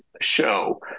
show